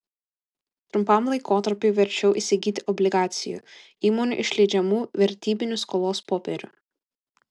trumpam laikotarpiui verčiau įsigyti obligacijų įmonių išleidžiamų vertybinių skolos popierių